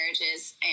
marriages